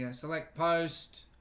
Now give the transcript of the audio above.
yeah select post